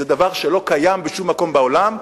זה דבר שלא קיים בשום מקום בעולם,